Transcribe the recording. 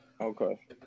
Okay